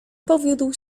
powiódł